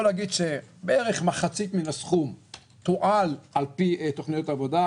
להגיד שבערך מחצית מהסכום תועל על פי תוכניות עבודה,